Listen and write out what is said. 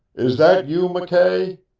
is that you, mckay?